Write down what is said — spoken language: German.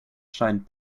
scheint